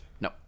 No